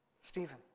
Stephen